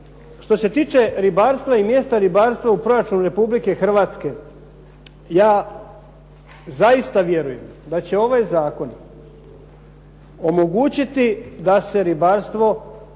Što se tiče ribarstva, i mjesta ribarstva u proračunu Republike Hrvatske, ja zaista vjerujem da će ovaj Zakon omogućiti da se ribarstvo na